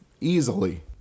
easily